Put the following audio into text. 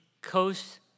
coast